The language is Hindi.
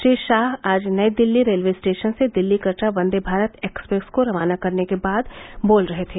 श्री शाह आज नई दिल्ली रेलवे स्टेशन से दिल्ली कटरा वंदे भारत एक्सप्रेस को रवाना करने के बाद बोल रहे थे